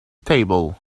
table